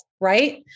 right